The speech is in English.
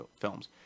films